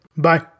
Bye